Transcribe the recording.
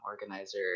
organizer